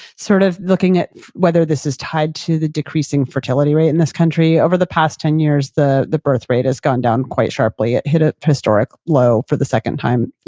sort of looking at whether this is tied to the decreasing fertility rate in this country. over the past ten years, the the birth rate has gone down quite sharply. it hit a historic low for the second time,